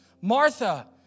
Martha